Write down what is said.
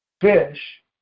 Fish